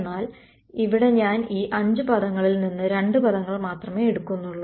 എന്നാൽ ഇവിടെ ഞാൻ ഈ 5 പദങ്ങളിൽ നിന്ന് 2 പദങ്ങൾ മാത്രമേ എടുക്കുന്നുള്ളൂ